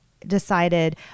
decided